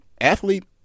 athlete